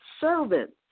servants